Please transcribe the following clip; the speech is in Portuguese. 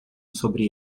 sobre